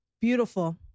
beautiful